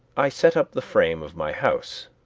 i set up the frame of my house.